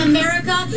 America